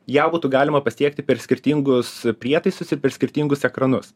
ją būtų galima pasiekti per skirtingus prietaisus ir per skirtingus ekranus